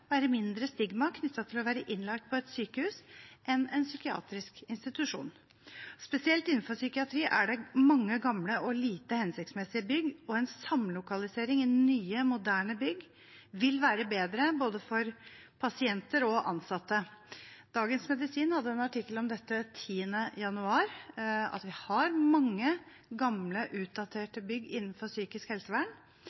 mindre stigma knyttet til å være innlagt på et sykehus enn på en psykiatrisk institusjon. Spesielt innenfor psykiatri er det mange gamle og lite hensiktsmessige bygg, og en samlokalisering i nye, moderne bygg vil være bedre for både pasienter og ansatte. Dagens Medisin hadde en artikkel om dette 10. januar, at vi har mange gamle,